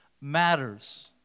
matters